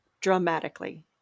dramatically